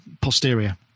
posterior